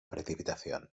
precipitación